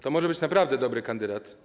To może być naprawdę dobry kandydat.